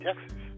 Texas